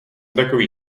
takový